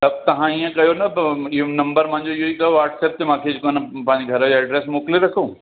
त तव्हां ईअं कयो न ब इहो नम्बर मुंहिंजो इहो ई अथव वाट्सअप ते मूंखे त न पंहिंजे घर जो एड्रेस मोकिले रखो